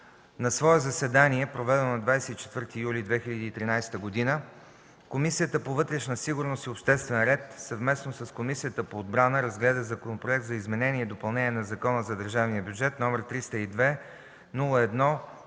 На свое заседание, проведено на 24 юли 2013 г., Комисията по вътрешна сигурност и обществен ред, съвместно с Комисията по отбрана, разгледа Законопроект за изменение и допълнение на Закона за държавния бюджет, № 302-01-8,